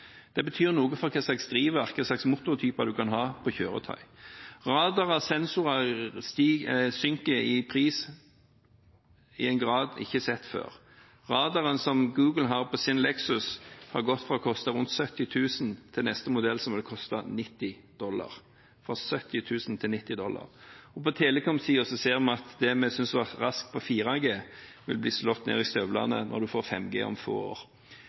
Det betyr noe for hva slags drivverk, hva slags motortyper, man kan ha i kjøretøy. Radarer og sensorer synker i pris i en grad vi ikke har sett før. Radaren som Google har på sin Lexus, har gått fra å koste rundt 70 000 dollar til neste modell som hadde kostet 90 dollar – fra 70 000 dollar til 90 dollar. Og på telekomsiden ser vi at det vi syntes var raskt med 4G, vil bli slått ned i støvlene når man får 5G om få år.